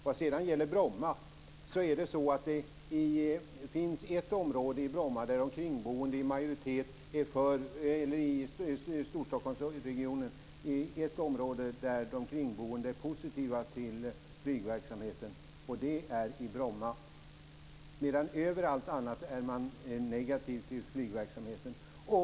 Vad gäller Bromma flygplats finns det ett område i Storstockholmsregionen där de kringboende är positiva till flygverksamheten, och det är i Bromma. Överallt annars är man negativ till flygverksamheten.